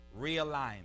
realignment